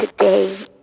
today